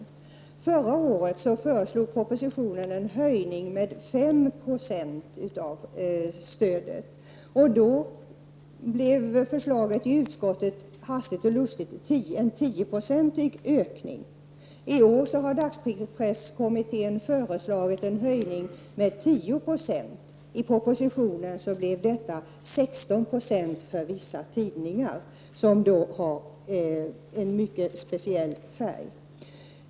I förra årets proposition föreslogs en höjning av stödet med 5 96, och då blev förslaget i utskottet hastigt och lustigt en 10-procentig ökning. I år har dagspresskommittén föreslagit en höjning med 10 96. I propositionen blev detta 16 90 för vissa tidningar, tidningar med en mycket speciell färg.